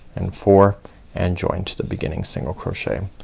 and four and join to the beginning single crochet.